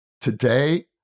today